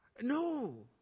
No